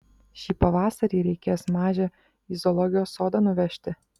šį pavasarį reikės mažę į zoologijos sodą nuvežti